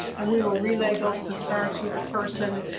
and we will relay those concerns to the person,